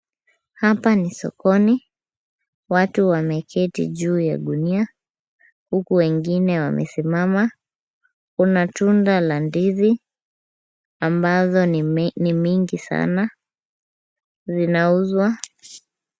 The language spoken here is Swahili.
Hapa ni sokoni ,watu wameketi juu ya gunia huku wengine wamesimama. Kuna tunda la ndizi ambazo ni nyingi sana, zinauzwa.